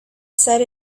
set